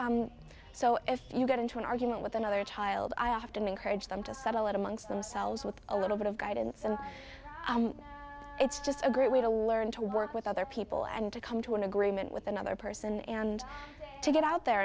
and so if you get into an argument with another child i often encourage them to settle it amongst themselves with a little bit of guidance and it's just a great way to learn to work with other people and to come to an agreement with another person and to get out there